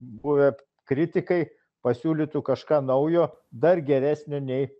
buvę kritikai pasiūlytų kažką naujo dar geresnio nei